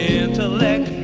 intellect